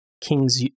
King's